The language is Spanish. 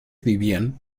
vivían